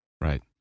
Right